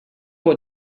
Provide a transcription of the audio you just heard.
what